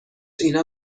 اینا